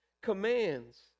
commands